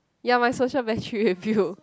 ya my social battery with you